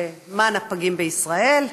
למען הפגים בישראל,